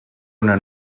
una